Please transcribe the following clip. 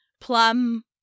Plum